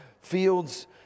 fields